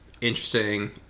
Interesting